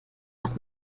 was